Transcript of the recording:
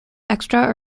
extra